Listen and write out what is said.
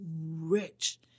rich